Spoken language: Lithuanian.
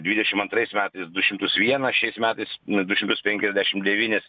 dvidešim antrais metais du šimtus vieną šiais metais nu du šimtus penkiasdešim devynis